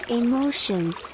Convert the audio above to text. emotions